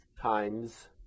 times